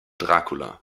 dracula